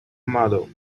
model